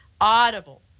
Audible